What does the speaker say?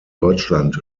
deutschland